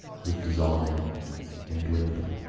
was dissolving and dwindling.